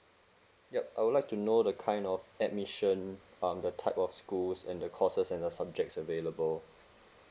yup I would like to know the kind of admission um the type of schools and the courses and the subjects available